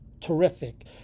terrific